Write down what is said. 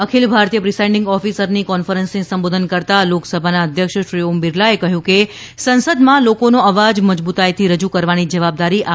અખિલ ભારતીય પ્રિસાઇડીંગ ઓફિસરની કોન્ફરન્સને સંબોધન કરતાં લોકસભાના અધ્યક્ષ શ્રી ઓમ બિરલાએ કહ્યુ હતુ કે સંસદમાં લોકોનો અવાજ મજબૂતાઇથી રજૂ કરવાની જવાબદારી આપણી સૌની છે